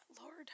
Lord